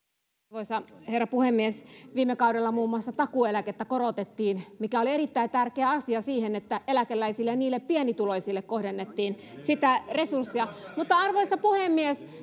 arvoisa herra puhemies viime kaudella muun muassa takuueläkettä korotettiin mikä oli erittäin tärkeä asia siihen että eläkeläisille ja niille pienituloisille kohdennettiin sitä resurssia mutta arvoisa puhemies